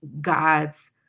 God's